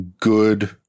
Good